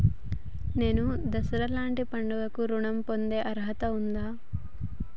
నేను దసరా లాంటి పండుగ కు ఋణం పొందే అర్హత ఉందా?